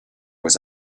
was